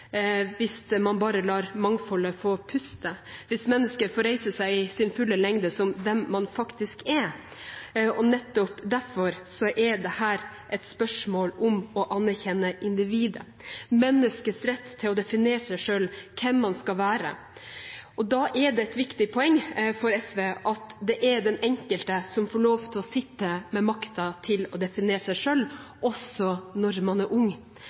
hvis man bare lar mangfoldet få puste, hvis mennesker får reise seg i sin fulle lengde som den man faktisk er. Nettopp derfor er dette et spørsmål om å anerkjenne individet og menneskets rett til å definere seg selv og hvem man skal være. Da er det et viktig poeng for SV at det er den enkelte som får lov til å sitte med makten til å definere seg selv, også når man er ung.